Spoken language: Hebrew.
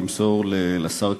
למסור לשר כחלון,